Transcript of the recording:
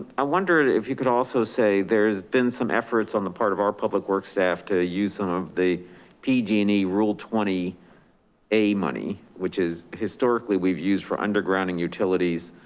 i wonder if you could also say there's been some efforts on the part of our public works staff to use some of the pg and e rule twenty a money, which is historically we've used for undergrounding utilities,